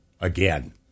again